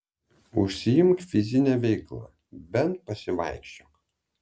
užsiimk fizine veikla bent pasivaikščiok